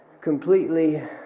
completely